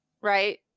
Right